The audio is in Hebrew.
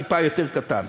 טיפה יותר קטן.